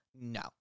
No